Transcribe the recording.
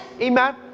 Amen